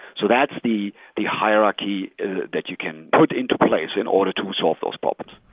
so that's the the hierarchy that you can put into place in order to solve those problems.